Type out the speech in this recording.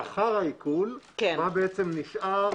לאחר העיקול מה נשאר